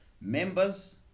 members